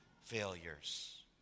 failures